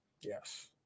Yes